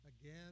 again